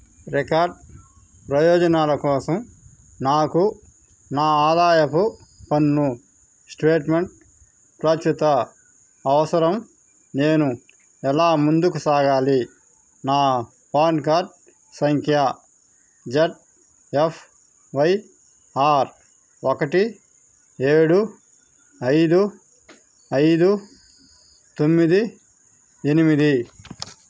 record ప్రయోజనాల కోసం నాకు నా ఆదాయపు పన్ను స్టేట్మెంట్ ప్రచిత అవసరం నేను ఎలా ముందుకు సాగాలి నా పాన్కార్డ్ సంఖ్య జెడ్ఎఫ్వైఆర్ ఒకటి ఏడు ఐదు ఐదు తొమ్మిది ఎనిమిది